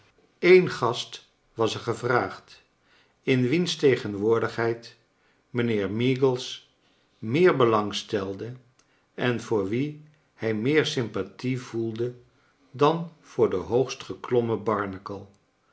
een gast was er gevraagd in wiens tegenwoordigheid mijnheer meagles meer belangstelde en voor wien mj meer sympathie voelde dan voor den hoogst geklommen barnacle